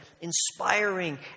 inspiring